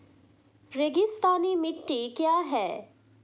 रेगिस्तानी मिट्टी क्या है?